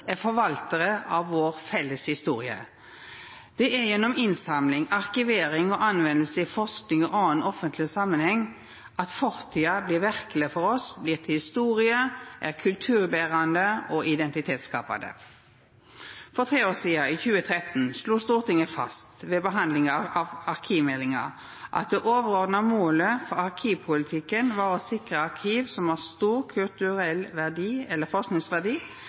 er forvaltarar av den felles historia vår. Det er gjennom innsamling, arkivering og bruk i forsking og annan offentleg samanheng at fortida blir verkeleg for oss, blir til historie, er kulturberande og identitetsskapande. For tre år sidan, i 2013, slo Stortinget fast ved behandlinga av arkivmeldinga at det overordna målet for arkivpolitikken var å sikra arkiv som har stor kulturell verdi eller forskingsverdi,